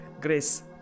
Grace